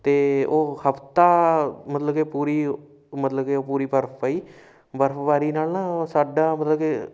ਅਤੇ ਉਹ ਹਫਤਾ ਮਤਲਬ ਕਿ ਪੂਰੀ ਮਤਲਬ ਕਿ ਪੂਰੀ ਬਰਫ ਪਈ ਬਰਫਬਾਰੀ ਨਾਲ ਨਾ ਸਾਡਾ ਮਤਲਬ ਕਿ